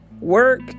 work